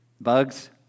bugs